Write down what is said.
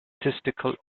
statistical